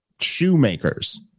shoemakers